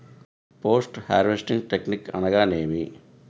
Post harvesting technique అనగా నేమి?